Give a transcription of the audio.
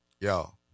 Y'all